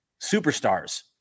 superstars